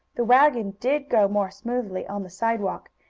the wagon did go more smoothly on the sidewalk,